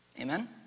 Amen